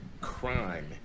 crime